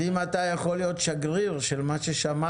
אז אם אתה יכול להיות שגריר של מה ששמעת